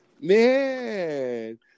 man